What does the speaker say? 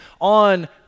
on